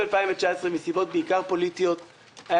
מסיבות פוליטיות,